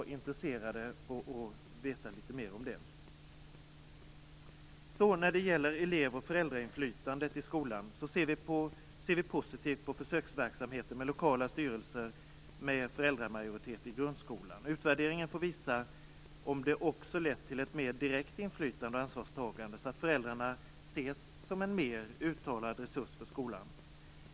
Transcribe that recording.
Vi är intresserade av att få veta litet mera om den saken. När det så gäller elev och föräldrainflytandet i skolan ser vi positivt på försöksverksamheten med lokala styrelser med föräldramajoritet i grundskolan. Utvärderingen får visa om det också lett till ett mer direkt inflytande och ansvarstagande, så att föräldrarna ses som en mer uttalad resurs för skolan.